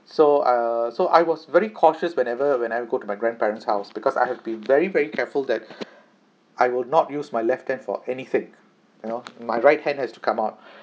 so err so I was very cautious whenever whenever I go to my grandparents house because I have been very very careful that I will not use my left hand for anything you know my right hand has to come out